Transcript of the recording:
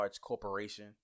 corporation